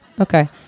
Okay